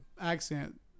accent